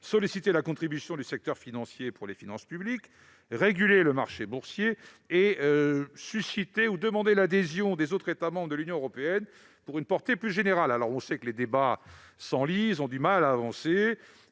solliciter la contribution du secteur financier pour les finances publiques, réguler le marché boursier et susciter l'adhésion des autres États membres de l'Union européenne pour une portée plus générale. Nous le savons, les débats s'enlisent et le secteur